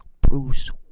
Bruce